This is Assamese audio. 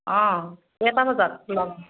অঁ কেইটা বজাত ওলাম